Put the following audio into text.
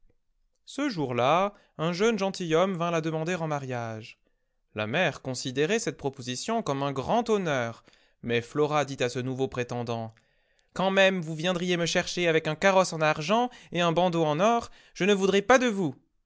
ce jour-là un jeune gentilhomme vint la denian der en mariage la mère considérait cette proposition comme un grand honneur mais flora dit à ce nouveau prétendant quand même vous viendriez me chercher avec un carrosse en argent et un bandeau en or je ne voudrais pas de vous